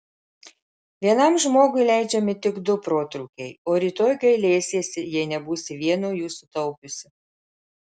vienam žmogui leidžiami tik du protrūkiai o rytoj gailėsiesi jei nebūsi vieno jų sutaupiusi